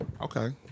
Okay